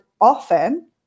often